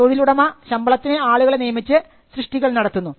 തൊഴിൽലുടമ ശമ്പളത്തിന് ആളുകളെ നിയമിച്ച് സൃഷ്ടികൾ നടത്തുന്നു